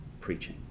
preaching